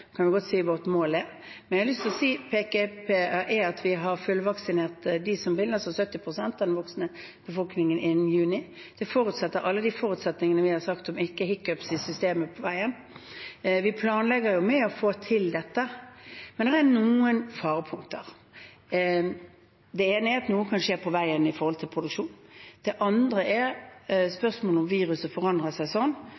godt si vårt mål er – at vi har fullvaksinert dem som vil, altså 70 pst. av den voksne befolkningen, innen juni. Det forutsetter alle de forutsetningene vi har sagt om ikke «hiccups» i systemet på veien. Vi planlegger jo for å få til dette, men det er noen farepunkter. Det ene er at noe kan skje på veien i forbindelse med produksjon. Det andre er